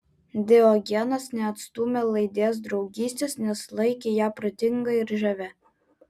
diogenas neatstūmė laidės draugystės nes laikė ją protinga ir žavia